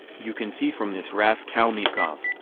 you can see from this raskolnikov.